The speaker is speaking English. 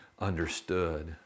understood